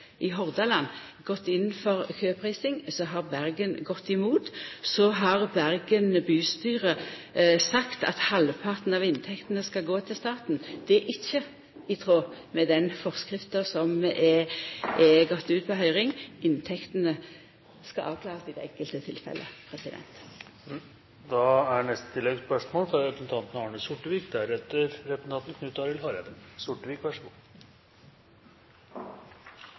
Bergen bystyre sagt at halvparten av inntektene skal gå til staten. Det er ikkje i tråd med den forskrifta som er gått ut på høyring. Inntektene skal avklarast i det enkelte tilfellet. Arne Sortevik – til oppfølgingsspørsmål. Jeg er